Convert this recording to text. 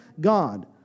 God